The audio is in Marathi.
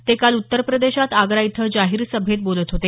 ते काल उत्तरप्रदेशात आग्रा इथं जाहीर सभेत बोलत होते